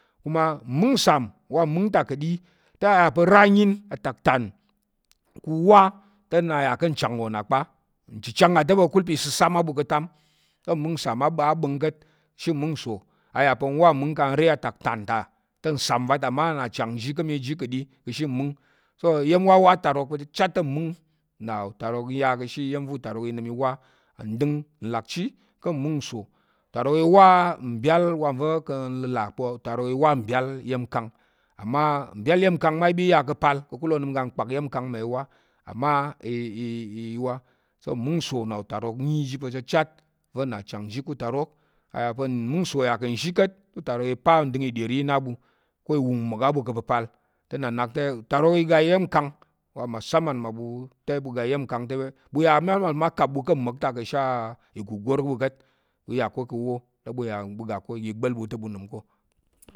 Kuma mmung nsam wa mung ta ka̱ ɗi te yà pa̱ ra ayin atak tán, te nna yà ka̱ nchang wo nna kpa nchichang nna ta̱ pa̱ ka̱kul pa̱ isəsam á ɓu ka̱ atam, te mung nsam agbá̱ng ka̱t, ishi mung nso a yà pa̱ nwa mung kang n re atak tán, nsam va ta mma na chang ka̱ i ji ka̱ ashe mung, so iya̱m wawa atarok pa̱ chichat te mung na n ya ka̱ ashe iya̱m va̱ utarok inəm i wa á, ndəng nlakchi ká̱ mung nso, utarok i wa mbyal wa nva̱ ka̱ n ləlà pa̱ otarok i wa mbyal iya̱mkang amma mbywal iya̱m nkang ma i ɓa i ya ka̱ apal ka̱kul onəm oga kpak iya̱m mma i wa, amma i i i wa so mung nso na utarok nyi ji pa̱ chichat ka̱ utarok, à ya pa̱ mung nso ya ka̱ nzhi ka̱t, te utarok i pa ndəng iɗəri i na ɓu, utarok i ga iya̱mkang masamam mmaɓu te ɓu ga iya̱mkang te ɓu ya mal pa̱ mma kap ɓu ka̱ ma̱k ta ka̱ she á igugor ɓu ka̱t, ɓu ya ko ka̱ awo ta ɓu ya iga gbá̱l ɓu te ɓu nəm ko.